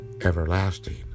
everlasting